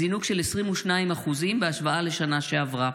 זינוק של 22% בהשוואה לשנה שעברה.